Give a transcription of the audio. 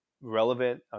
relevant